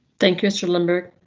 thank you mr lindberg,